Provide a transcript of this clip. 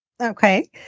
Okay